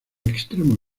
extremo